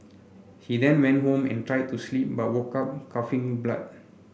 he then went home and tried to sleep but woke up coughing blood